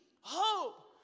hope